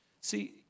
See